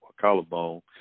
collarbone